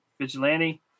vigilante